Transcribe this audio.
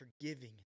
forgiving